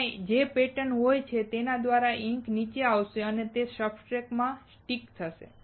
ત્યાં જે પેટર્ન હોય છે તેના દ્વારા ઇન્ક નીચે આવશે અને તે સબસ્ટ્રેટમાં સ્ટિક થશે